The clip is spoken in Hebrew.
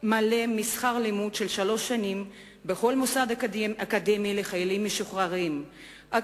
מלא משכר לימוד של שלוש שנים לחיילים משוחררים בכל מוסד אקדמי,